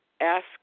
ask